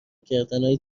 کردنهای